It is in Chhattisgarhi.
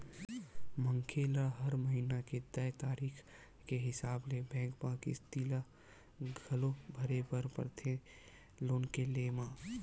मनखे ल हर महिना के तय तारीख के हिसाब ले बेंक म किस्ती ल घलो भरे बर परथे लोन के लेय म